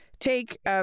Take